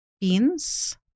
beans